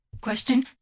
Question